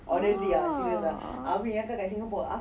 oh (uh huh)